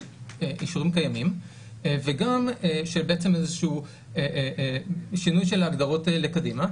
אישורים קיימים וגם שבעצם איזשהו שינוי של ההגדרות האלה קדימה,